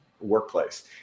workplace